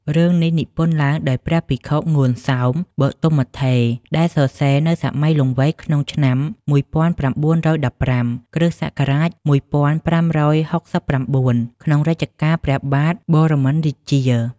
រឿងនេះនិពន្ធឡើងដោយ ព្រះភិក្ខុ ងួន សោម បទុមត្ថេរ ដែលសរសេរនៅសម័យលង្វែកក្នុងឆ្នាំ ១៩១៥ គ្រិស្តសករាជ ១៥៦៩ ក្នុងរជ្ជកាលព្រះបាទបរមិន្ទរាជា។